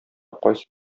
кайсы